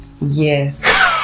yes